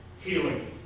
healing